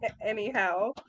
Anyhow